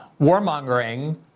warmongering